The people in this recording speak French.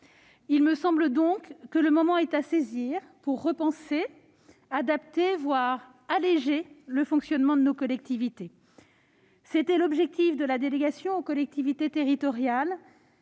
Il me paraît donc que le moment est à saisir pour repenser, adapter, voire alléger le fonctionnement de nos collectivités. Tel était l'objectif de la délégation aux collectivités territoriales